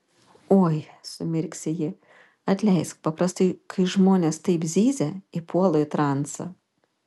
oi sumirksi ji atleisk paprastai kai žmonės taip zyzia įpuolu į transą